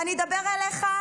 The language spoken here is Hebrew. ואני אדבר אליך,